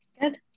Good